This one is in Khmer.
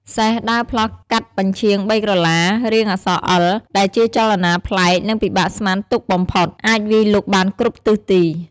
សេះ ដើរផ្លោះកាត់បញ្ឆៀងបីក្រឡា រាងអក្សរអិល ដែលជាចលនាប្លែក និងពិបាកស្មានទុកបំផុត អាចវាយលុកបានគ្រប់ទិសទី។